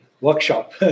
workshop